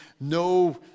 No